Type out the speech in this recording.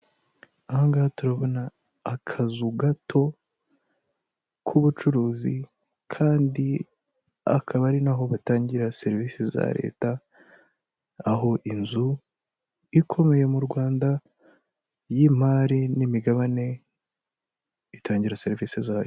Aha ngaha turabona akazu gato k'ubucuruzi kandi akaba ari naho batangira serivisi za leta, aho inzu ikomeye mu Rwanda y'imari n'imigabane itangira serivisi zayo.